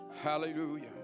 hallelujah